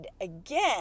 again